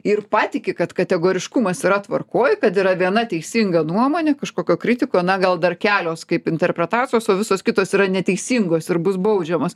ir patiki kad kategoriškumas yra tvarkoj kad yra viena teisinga nuomonė kažkokio kritiko na gal dar kelios kaip interpretacijos o visos kitos yra neteisingos ir bus baudžiamos